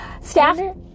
staff